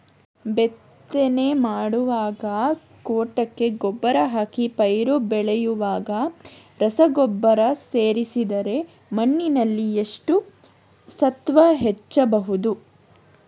ಬಿತ್ತನೆ ಮಾಡುವಾಗ ಕೊಟ್ಟಿಗೆ ಗೊಬ್ಬರ ಹಾಕಿ ಪೈರು ಬೆಳೆಯುವಾಗ ರಸಗೊಬ್ಬರ ಸೇರಿಸಿದರೆ ಮಣ್ಣಿನಲ್ಲಿ ಎಷ್ಟು ಸತ್ವ ಹೆಚ್ಚಬಹುದು?